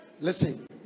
listen